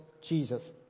Jesus